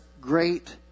great